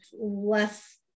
less